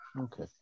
Okay